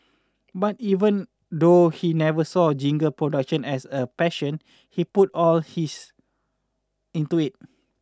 but even though he never saw jingle production as a passion he put all his into it